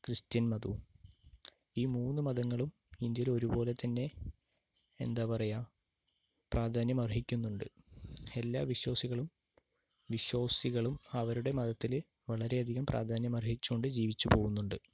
Christian മതവും ഈ മൂന്ന് മതങ്ങളും ഇന്ത്യയിലൊരു പോലെ തന്നെ എന്താ പറയുക പ്രാധാന്യമർഹിക്കുന്നുണ്ട് എല്ലാ വിശ്വാസികളും വിശ്വാസികളും അവരുടെ മതത്തില് വളരെയധികം പ്രാധാന്യമർപ്പിച്ചു കൊണ്ട് ജീവിച്ചു പോകുന്നുണ്ട്